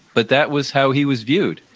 but that was how he was viewed.